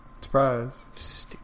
Surprise